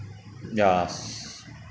ya